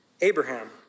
Abraham